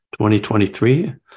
2023